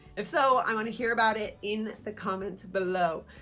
if so, i want to hear about it in the comments below.